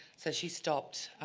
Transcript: so she stopped,